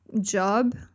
job